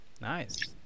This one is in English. Nice